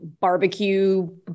barbecue